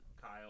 Kyle